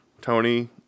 Tony